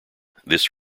this